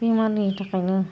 बेमारनि थाखायनो